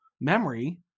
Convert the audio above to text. memory